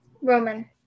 Roman